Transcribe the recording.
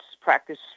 practice